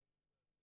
ועל הנוכחות שלך,